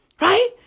Right